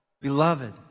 beloved